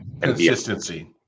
consistency